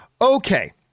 Okay